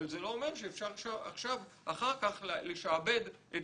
אבל זה לא אומר שאפשר אחר כך לשעבד את